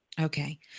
Okay